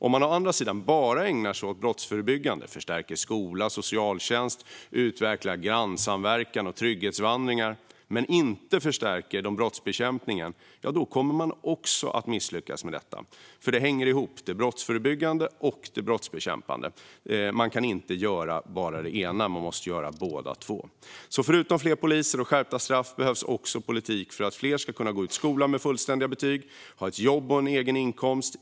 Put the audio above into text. Om man å andra sidan bara ägnar sig åt brottsförebyggande arbete, förstärker skola och socialtjänst samt utvecklar grannsamverkan och trygghetsvandringar men inte förstärker brottsbekämpningen kommer man också att misslyckas, för det hänger ihop, det brottsförebyggande och det brottsbekämpande. Man kan inte göra bara det ena; man måste göra både och. Förutom fler poliser och skärpta straff behövs alltså också en politik för att fler ska kunna gå ut skolan med fullständiga betyg och få ett jobb och en egen inkomst.